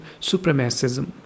supremacism